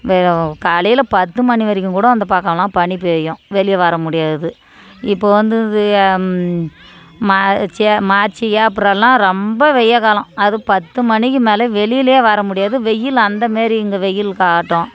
காலையில் பத்து மணி வரைக்கும் கூடும் இந்த பக்கமெலாம் பனி பெய்யும் வெளியே வர முடியாது இப்போது வந்து இது மார்ச் மார்ச் ஏப்ரலெலாம் ரொம்ப வெயல் காலம் அது பத்து மணிக்கு மேலே வெளியிலே வரமுடியாது வெயில் அந்த மாரி இங்கே வெயில் காட்டும்